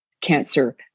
cancer